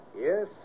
Yes